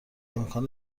امکان